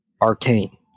arcane